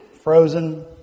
Frozen